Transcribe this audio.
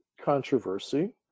controversy